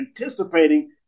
anticipating